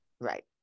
Right